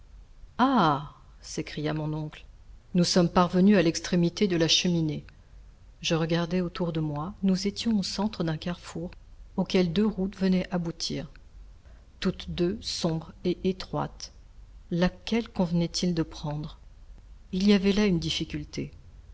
ah s'écria mon oncle nous sommes parvenus à l'extrémité de la cheminée je regardai autour de moi nous étions au centre d'un carrefour auquel deux routes venaient aboutir toutes deux sombres et étroites laquelle convenait-il de prendre il y avait là une difficulté